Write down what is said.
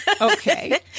Okay